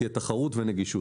תהיה תחרות ונגישות.